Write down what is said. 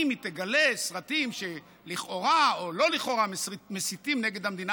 אם היא תגלה סרטים שלכאורה או לא לכאורה מסיתים נגד המדינה,